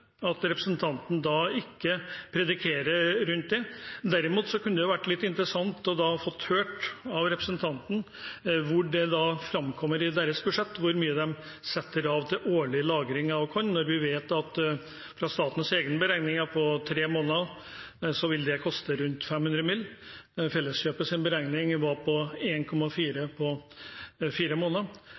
at representanten ikke prediker rundt det. Derimot kunne det vært litt interessant å få høre av representanten hvor det framkommer i deres budsjett hvor mye de setter av til årlig lagring av korn når vi vet at det ut fra statens egne beregninger for tre måneder vil koste rundt 500 mill. kr. Felleskjøpets beregning var på 1,4 på fire måneder.